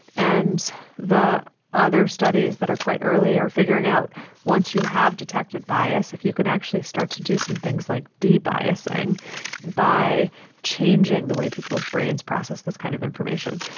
and the other studies that are quite early are figuring out once you have detected bias, if you can actually start to do some things like de-biasing by changing the way people's brains process this kind of information.